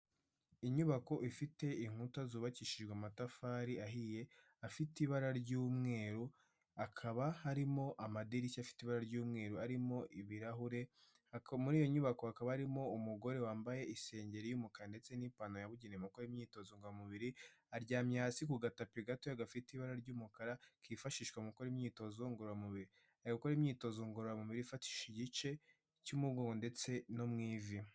Inyubako ifite inkuta zubakishijwe amatafari ahiye, afite ibara ry'umweru, hakaba harimo amadirishya afite ibara ry'umweru arimo ibirahure, muri iyo nyubako hakaba harimo umugore wambaye isengeri y'umukara ndetse n'ipantaro yabugenewe mu gukora imyitozo ngoromubiri, aryamye hasi ku gatapi gato gafite ibara ry'umukara, kifashishwa mu gukora imyitozo ngororamubiri, ari gukora imyitozo ngororamubiri ifatishije igice cy'umugongo ndetse no mu ivi.